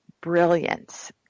brilliance